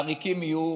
עריקים יהיו.